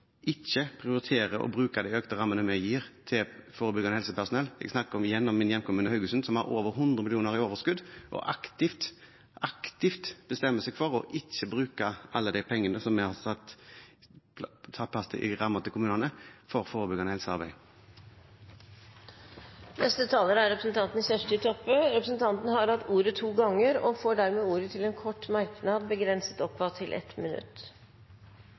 ikke prioriterer å bruke de økte rammene vi har gitt, til forebyggende helsearbeid. Jeg snakker igjen om min hjemkommune, Haugesund, som har over 100 mill. kr i overskudd, og som aktivt – aktivt – bestemmer seg for ikke å bruke alle de pengene som vi har satt av i rammene til kommunene, til forebyggende helsearbeid. Representanten Kjersti Toppe har hatt ordet to ganger tidligere og får ordet til en kort merknad, begrenset til 1 minutt.